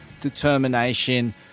determination